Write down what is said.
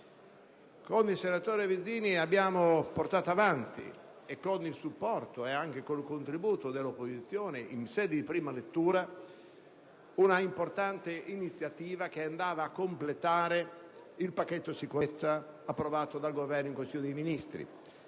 Con il senatore Vizzini abbiamo portato avanti, con il supporto e il contributo dell'opposizione in sede di prima lettura, un'importante iniziativa che andava a completare il pacchetto sicurezza approvato dal Governo in Consiglio dei ministri.